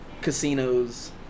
casinos